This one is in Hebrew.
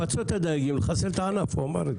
לפצות את הדייגים ולחסל את הענף, הוא אמר את זה.